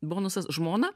bonusas žmona